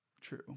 True